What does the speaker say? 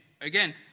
again